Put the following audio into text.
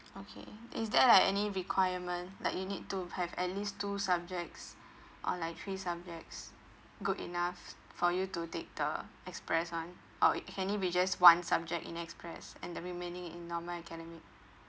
okay is there like any requirement like you need to have at least two subjects or like three subjects good enough for you to take the express one or it can it be just one subject in express and the remaining in normal academic